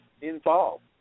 involved